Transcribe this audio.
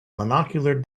monocular